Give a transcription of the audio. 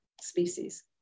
species